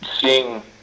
seeing